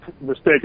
mistake